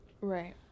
Right